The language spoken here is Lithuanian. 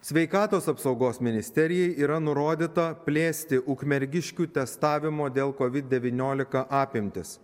sveikatos apsaugos ministerijai yra nurodyta plėsti ukmergiškių testavimo dėl kovid devyniolika apimtis